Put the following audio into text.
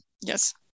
Yes